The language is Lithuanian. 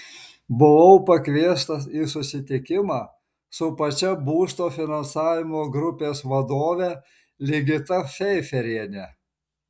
buvau pakviestas į susitikimą su pačia būsto finansavimo grupės vadove ligita feiferiene